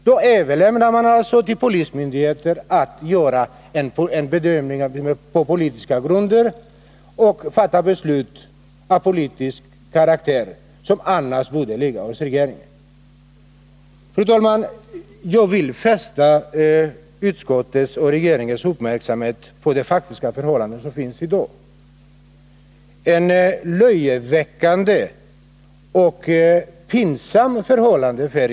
Då överlämnar man alltså till polismyndigheten att på politiska grunder göra en bedömning och därefter fatta beslut av politisk karaktär, ett beslut som borde fattas av regeringen. Fru talman! Jag vill fästa utskottsledamöternas och regeringens uppmärksamhet på de faktiska förhållandena i dag. Det är ett för regeringen löjeväckande och pinsamt förhållande.